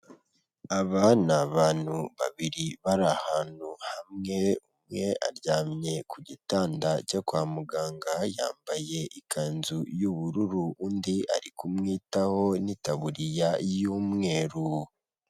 Aba ni abantu babiri bari ahantu hamwe, umwe aryamye ku gitanda cyo kwa muganga, yambaye ikanzu y'ubururu. Undi ari kumwitaho, n'itaburiya y'umweru.